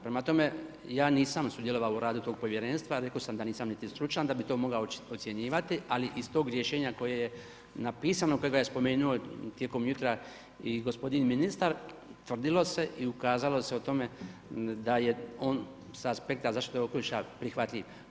Prema tome, ja nisam sudjelovao u radu tog povjerenstva, rekao sam da nisam niti stručan, da bi to mogao ocjenjivati, ali, iz tog rješenja koji je napisan, kojega je spomenu tijekom jutra i gospodin ministar, utvrdilo se i ukazalo se o tome, da je on sa aspekta zaštita okoliša prihvatljiv.